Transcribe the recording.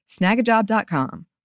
Snagajob.com